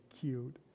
cute